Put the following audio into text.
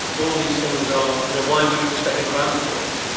all these things i mean why would you expect a grant for it?